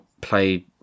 play